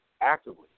actively